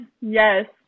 yes